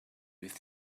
with